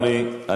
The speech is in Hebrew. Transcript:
תודה רבה, אדוני.